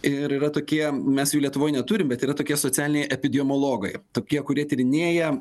ir yra tokie mes jų lietuvoj neturim bet yra tokie socialiniai epidemiologai tokie kurie tyrinėja